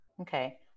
Okay